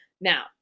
Now